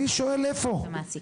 אני שואל איפה?